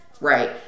right